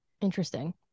Interesting